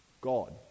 God